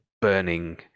burning